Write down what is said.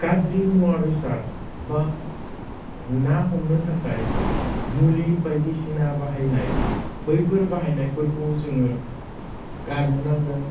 गाज्रि मुवा बेसाद बा ना हमनो थाखाय मुलि बायदिसिना बाहायनाय बैफोर बाहायनायफोरखौ जोङो गारनो नांगोन